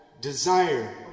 desire